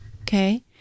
Okay